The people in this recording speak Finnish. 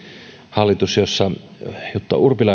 hallitus jossa jutta urpilainen